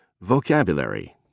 Vocabulary